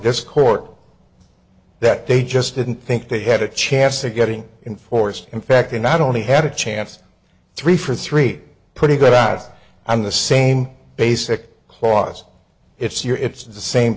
this court that they just didn't think they had a chance of getting inforced in fact they not only had a chance three for three pretty good odds i'm the same basic clause it's your it's the same